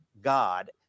God